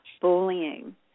bullying